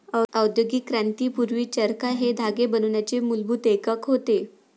औद्योगिक क्रांती पूर्वी, चरखा हे धागे बनवण्याचे मूलभूत एकक होते